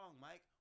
Mike